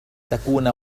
تكون